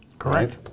correct